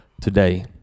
today